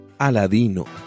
Aladino